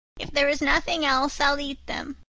if there is nothing else i'll eat them.